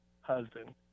husband